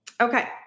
Okay